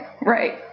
right